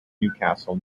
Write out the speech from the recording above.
newcastle